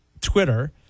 Twitter